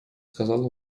сказала